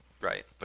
Right